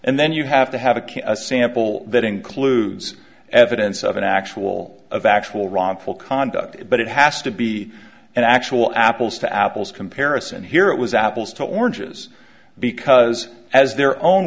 and then you have to have a can a sample that includes evidence of an actual of actual ronn full conduct but it has to be an actual apples to apples comparison here it was apples to oranges because as their own